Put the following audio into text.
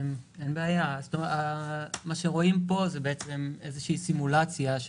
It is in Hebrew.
רואים פה סימולציה,